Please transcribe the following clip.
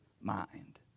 mind